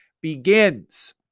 begins